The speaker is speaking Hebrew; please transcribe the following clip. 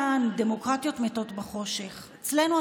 אצלנו,